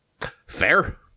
fair